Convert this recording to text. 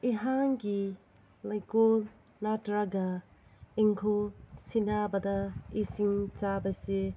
ꯏꯍꯥꯛꯒꯤ ꯂꯩꯀꯣꯜ ꯅꯠꯇ꯭ꯔꯒ ꯏꯪꯈꯣꯜ ꯁꯤꯟꯅꯕꯗ ꯏꯁꯤꯡ ꯆꯥꯏꯕꯁꯦ